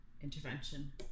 intervention